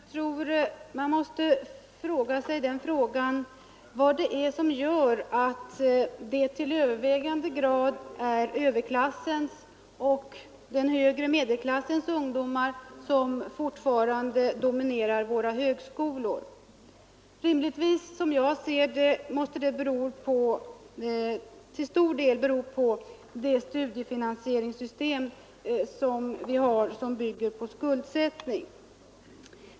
Herr talman! Jag tror att man måste ställa frågan: Vad är det som gör att det fortfarande är överklassens och den högre medelklassens ungdomar som dominerar vid våra högskolor? Som jag ser det måste det rimligtvis till stor del bero på studiefinansieringssystemet, som bygger på skuldsättning.